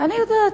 אני יודעת.